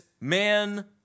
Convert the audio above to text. man